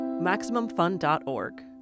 Maximumfun.org